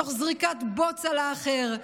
תוך זריקת בוץ על האחר,